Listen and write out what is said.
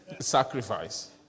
Sacrifice